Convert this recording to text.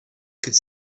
could